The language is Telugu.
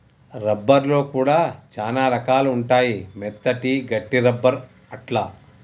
రబ్బర్ లో కూడా చానా రకాలు ఉంటాయి మెత్తటి, గట్టి రబ్బర్ అట్లా